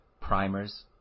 primers